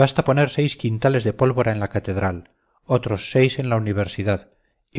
basta poner seis quintales de pólvora en la catedral otros seis en la universidad